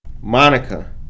Monica